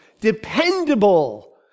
dependable